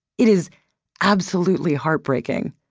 it is absolutely heartbreaking.